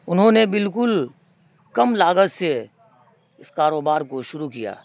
انہوں نے بالکل کم لاگت سے اس کاروبار کو شروع کیا